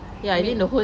right